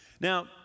Now